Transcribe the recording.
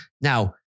Now